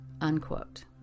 unquote